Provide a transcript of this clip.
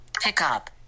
pickup